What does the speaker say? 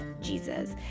Jesus